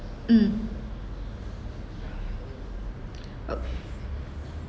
mm uh